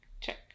check